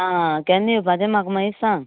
आं केन्ना येवपा ते म्हाका पयलीं सांग